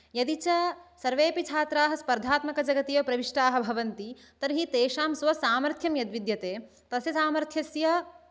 यदि च सर्वेऽपि छात्राः स्पर्स्धात्मकजगति एव प्रविष्टाः भवन्ति तर्हि तेषां स्वसामर्थ्यं यत् विद्यते तस्य सामर्थ्यस्य